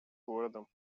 городом